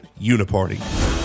uniparty